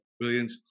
brilliant